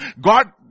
God